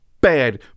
bad